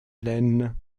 laine